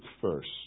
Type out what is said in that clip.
first